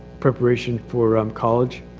preparation for um college.